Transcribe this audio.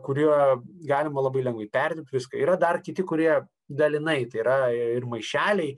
kurio galima labai lengvai perdirbti viską yra dar kiti kurie dalinai tai yra ir maišeliai